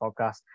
podcast